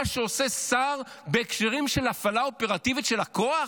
שעושה שר בהקשרים של הפעלה אופרטיבית של הכוח?